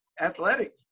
athletic